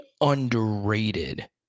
underrated